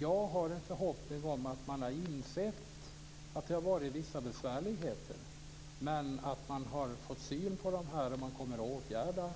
Jag har nämligen en förhoppning om att man har insett att det har förekommit vissa besvärligheter, men att man har fått syn på dem, kommer att åtgärda dem